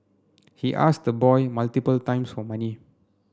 he asked the boy multiple times for money